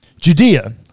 Judea